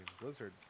blizzard